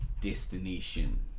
destination